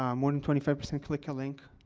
um, more than twenty five percent click a link.